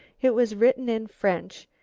it was written in french,